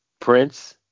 Prince